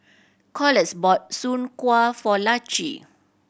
Corliss bought soon kway for Laci